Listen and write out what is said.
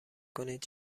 کنید